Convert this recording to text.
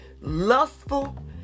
lustful